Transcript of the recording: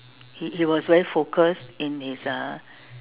he he was very focused in his uh